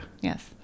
yes